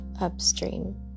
upstream